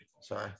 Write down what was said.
Sorry